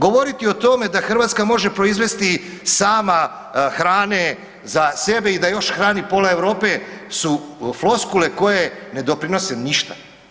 Govoriti o tome da Hrvatska može proizvesti sama hrane za sebe i da još hrani pola Europe su floskule koje ne doprinose ništa.